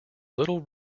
little